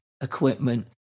equipment